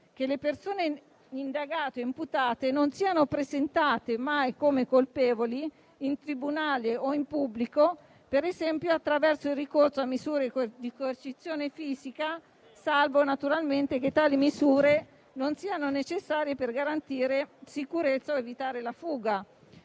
che le persone indagate o imputate non siano presentate mai come colpevoli in tribunale o in pubblico, per esempio attraverso il ricorso a misure di coercizione fisica, salvo naturalmente che tali misure non siano necessarie per garantire sicurezza o evitare la fuga.